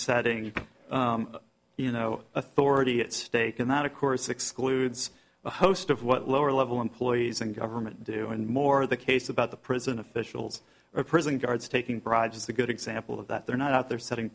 setting you know authority at stake and that of course excludes a host of what lower level employees in government do and more the case about the prison officials or prison guards taking bribes is a good example of that they're not out there setting